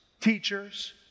teachers